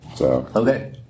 Okay